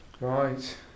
right